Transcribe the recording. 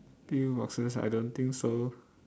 pill boxes I don't think so